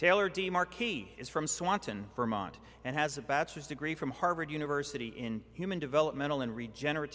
taylor de marquis is from swanton vermont and has a bachelor's degree from harvard university in human developmental and regenerat